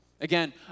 Again